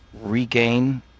regain